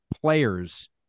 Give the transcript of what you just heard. players